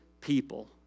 people